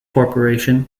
corporation